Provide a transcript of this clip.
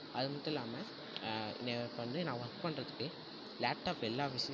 அது மட்டும் இல்லாமல் நான் இப்போ வந்து நான் ஒர்க் பண்ணுறத்துக்கு லேப்டாப் எல்லா ஃபெசிலிட்டியும்